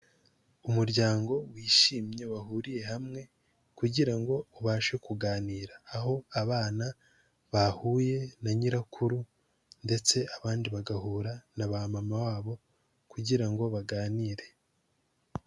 Umuryango wishimye wahuriye hamwe kugirango ubashe kuganira, aho abana bahuye na nyirakuru ndetse abandi bagahura na ba mama wabo kugirango baganire.